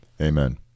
amen